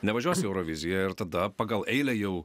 nevažiuos į euroviziją ir tada pagal eilę jau